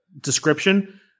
description